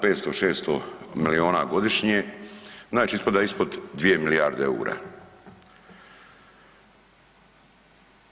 500, 600 miliona godišnje znači ispada ispod 2 milijarde EUR-a.